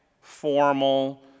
formal